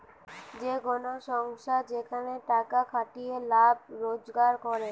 যে কোন সংস্থা যেখানে টাকার খাটিয়ে লাভ রোজগার করে